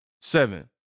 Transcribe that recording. Seven